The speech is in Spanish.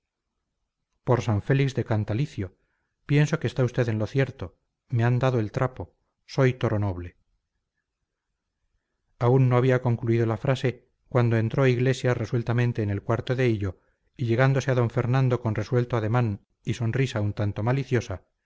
por san félix de cantalicio pienso que está usted en lo cierto me han dado el trapo soy toro noble aún no había concluido la frase cuando entró iglesias resueltamente en el cuarto de hillo y llegándose a d fernando con resuelto ademán y sonrisa un tanto maliciosa